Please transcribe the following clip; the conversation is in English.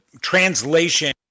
translation